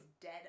dead